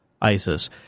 ISIS